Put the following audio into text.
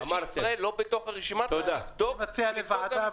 זה שישראל לא בתוך הרשימה צריך לבדוק.